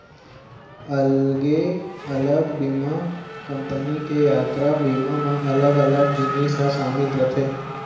अलगे अलग बीमा कंपनी के यातरा बीमा म अलग अलग जिनिस ह सामिल रथे